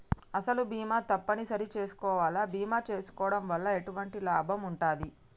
అసలు బీమా తప్పని సరి చేసుకోవాలా? బీమా చేసుకోవడం వల్ల ఎటువంటి లాభం ఉంటది?